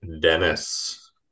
Dennis